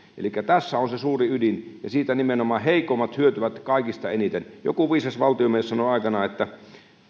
elikkä tässä on se suuri ydin ja siitä nimenomaan heikommat hyötyvät kaikista eniten joku viisas valtiomies sanoi aikoinaan että